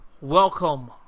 welcome